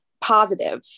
positive